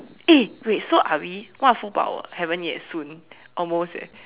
eh wait so are we what full power have yet soon almost eh